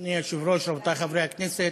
אדוני היושב-ראש, רבותי חברי הכנסת,